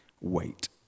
Wait